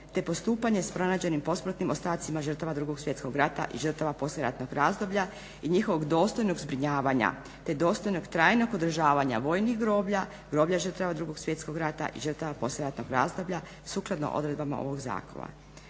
te postupanje s pronađenim posmrtnim ostacima žrtava Drugog svjetskog rata i žrtava poslijeratnog razdoblja i njihovog dostojnog zbrinjavanja, te dostojnog trajnog održavanja vojnih groblja, groblja žrtava Drugog svjetskog rata i žrtava poslijeratnog razdoblja sukladno odredbama ovog zakona.